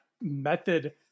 method